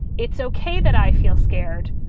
it's ok that i feel scared,